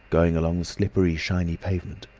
going along the slippery, shiny pavement,